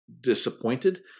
disappointed